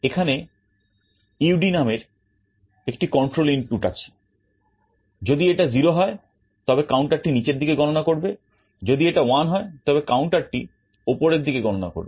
এখানে UD' নামের একটি control ইনপুট আছে যদি এটা 0 হয় তবে counterটি নিচের দিকে গণনা করবে যদি এটা 1 হয় তবে counterটি উপরের দিকে গণনা করবে